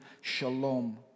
shalom